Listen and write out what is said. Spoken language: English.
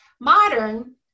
Modern